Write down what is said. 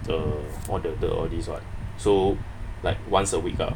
the all the dirt all these what so like once a week ah